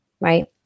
right